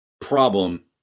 problem